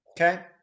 Okay